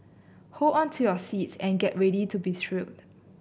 hold on to your seats and get ready to be thrilled